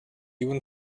even